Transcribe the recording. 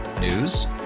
News